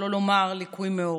שלא לומר ליקוי מאורות.